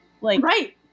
Right